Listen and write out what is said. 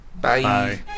Bye